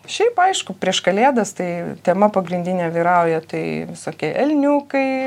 šiaip aišku prieš kalėdas tai tema pagrindinė vyrauja tai visokie elniukai